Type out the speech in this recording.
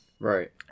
Right